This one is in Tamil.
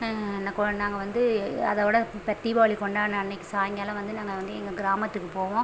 ந கொழ நாங்கள் வந்து அதைவுட இப்போ தீபாவளி கொண்டாடுன அன்றைக்கி சாயங்காலம் வந்து நாங்கள் வந்து எங்கள் கிராமத்துக்குப் போவோம்